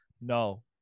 no